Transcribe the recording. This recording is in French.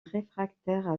réfractaire